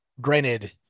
granted